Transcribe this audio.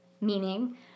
meaning